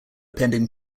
pending